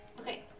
Okay